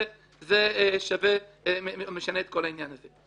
זה משנה את כל העניין הזה.